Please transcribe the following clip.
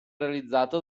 realizzato